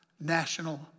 national